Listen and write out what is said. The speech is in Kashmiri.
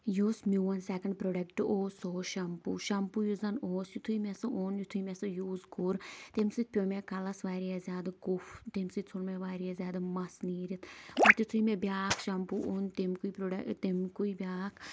یُس میٛون سیکَنٛڈ پرٛوڈکٹہٕ اوس سُہ اوس شیمپوٗ شیمپوٗ یُس زَن اوس یِتھُے مےٚ سُہ اوٚن یِتھُے مےٚ سُہ یوٗز کوٚر تَمہِ سۭتۍ پٮ۪و مےٚ کَلَس واریاہ زیادٕ کُف تَمہِ سۭتۍ ژوٚل مےٚ واریاہ زیادٕ مَس نیٖرِتھ تِتھُے مےٚ بیٛاکھ شیمپوٗ اوٚن تَمہِ کُے پرڈَ تَمہِ کُے بیٛاکھ